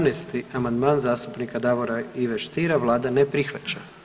18. amandman zastupnika Davora Ive Stiera, Vlada ne prihvaća.